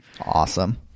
Awesome